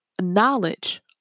knowledge